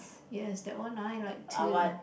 yes that one I like too